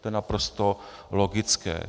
To je naprosto logické.